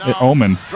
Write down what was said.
omen